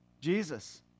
Jesus